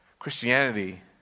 Christianity